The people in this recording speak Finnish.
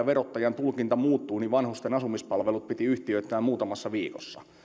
verottajan tulkinta muuttui niin vanhusten asumispalvelut piti yhtiöittää muutamassa viikossa